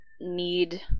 need